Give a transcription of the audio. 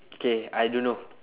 K I don't know